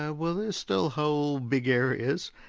ah well there's still whole big areas.